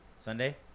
Sunday